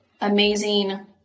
amazing